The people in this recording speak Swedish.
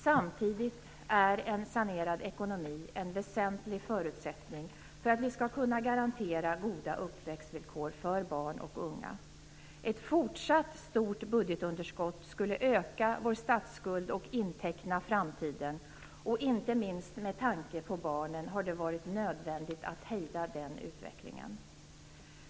Samtidigt är en sanerad ekonomi en väsentlig förutsättning för att vi skall kunna garantera goda uppväxtvillkor för barn och unga. Ett fortsatt stort budgetunderskott skulle öka vår statsskuld och inteckna framtiden. Inte minst med tanke på barnen har det varit nödvändigt att hejda den utvecklingen.